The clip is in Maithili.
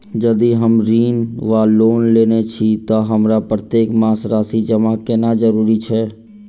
यदि हम ऋण वा लोन लेने छी तऽ हमरा प्रत्येक मास राशि जमा केनैय जरूरी छै?